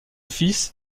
fils